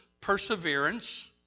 perseverance